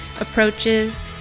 approaches